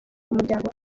umuryango